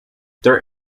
there